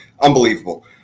unbelievable